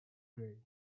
grade